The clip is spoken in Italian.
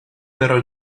però